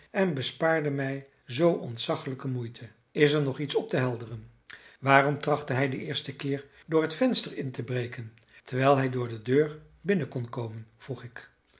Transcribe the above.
en bespaarde mij zoo ontzaglijke moeite is er nog iets op te helderen illustratie is er nog iets op te helderen waarom trachtte hij den eersten keer door het venster in te breken terwijl hij door de deur binnen kon komen vroeg ik